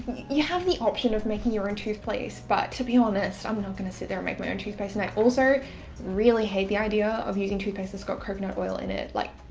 you have the option of making your own toothpaste. but to be honest, i'm not going to sit there and make my own toothpaste, and i also really hate the idea of using toothpaste that's got coconut oil in it. like,